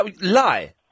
lie